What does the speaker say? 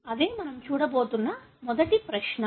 అదే మనం చూడబోతున్న మొదటి ప్రశ్న